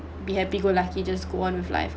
be happy go lucky just go on with life